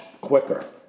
quicker